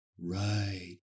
Right